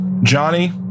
Johnny